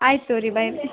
ಆಯ್ತು ತಗೋರಿ ಬಾಯ್